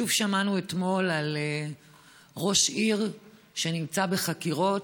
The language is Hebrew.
שוב שמענו אתמול על ראש עיר שנמצא בחקירות.